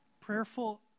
prayerful